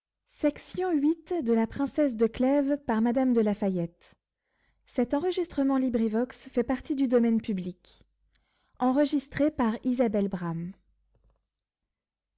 of la princesse